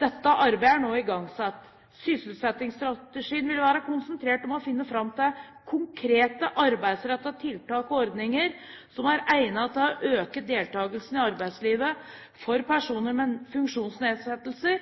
Dette arbeidet er nå igangsatt. Sysselsettingsstrategien vil være konsentrert om å finne fram til konkrete arbeidsrettede tiltak og ordninger som er egnet til å øke deltakelsen i arbeidslivet for